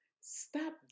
Stop